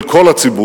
של כל הציבור,